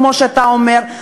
כמו שאתה אומר,